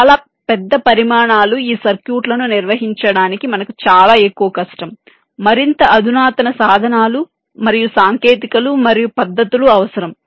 చాలా పెద్ద పరిమాణాల ఈ సర్క్యూట్లను నిర్వహించడానికి మనకు చాలా ఎక్కువ కష్టం మరింత అధునాతన సాధనాలు మరియు సాంకేతికతలు మరియు పద్ధతులు అవసరం